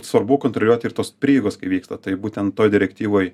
svarbu kontroliuoti ir tos prieigos kai vyksta taibūtent toj direktyvoj